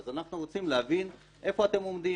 אז אנחנו רוצים להבין איפה אתם עומדים